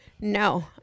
No